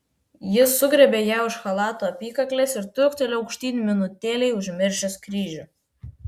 jis sugriebė ją už chalato apykaklės ir truktelėjo aukštyn minutėlei užmiršęs kryžių